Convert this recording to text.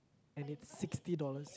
and it's sixty dollars